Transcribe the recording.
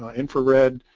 ah infrared,